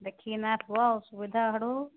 ଦେଖିକିନା ରୁହ ସୁବିଧା ଆଡ଼ୁ